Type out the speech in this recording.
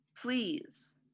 please